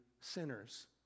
sinners